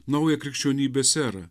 naują krikščionybės erą